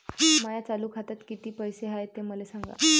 माया चालू खात्यात किती पैसे हाय ते मले सांगा